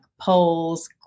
polls